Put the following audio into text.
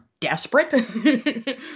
desperate